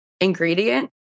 ingredient